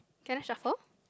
can I shuffle